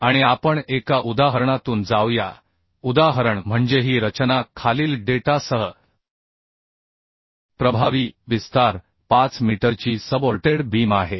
आणि आपण एका उदाहरणातून जाऊया उदाहरण म्हणजे ही रचना खालील डेटासह प्रभावी विस्तार 5 मीटरची सपोर्टेड बीम आहे